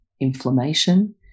inflammation